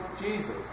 Jesus